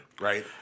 right